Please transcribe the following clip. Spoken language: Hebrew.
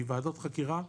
מוועדות חקירה,